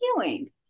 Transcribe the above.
healing